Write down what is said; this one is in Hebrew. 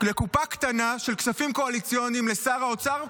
קטנה של כספים קואליציוניים של שר האוצר,